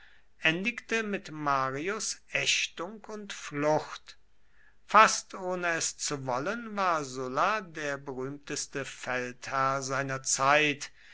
endigte mit marius ächtung und flucht fast ohne es zu wollen war sulla der berühmteste feldherr seiner zeit